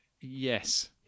Yes